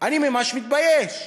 אני ממש מתבייש.